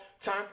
time